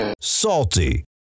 Salty